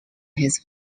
his